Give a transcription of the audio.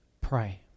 pray